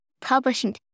publishing